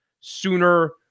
sooner